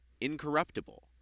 incorruptible